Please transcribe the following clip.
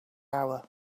hour